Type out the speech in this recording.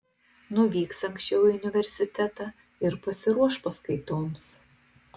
nuvyks anksčiau į universitetą ir pasiruoš paskaitoms